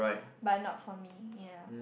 but not for me ya